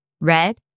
Red